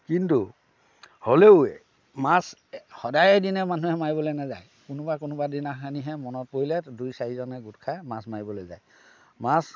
কিন্তু হ'লেও মাছ সদায় দিনা মানুহে মাৰিবলৈ নাযায় কোনোবা কোনোবা দিনাখনিহে মনত পৰিলে দুই চাৰিজনে গোট খাই মাছ মাৰিবলৈ যায় মাছ